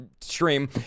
stream